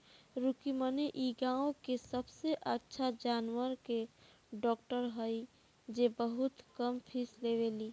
रुक्मिणी इ गाँव के सबसे अच्छा जानवर के डॉक्टर हई जे बहुत कम फीस लेवेली